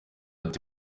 ati